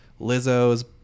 Lizzo's